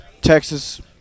Texas